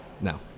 No